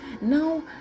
now